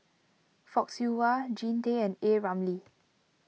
Fock Siew Wah Jean Tay and A Ramli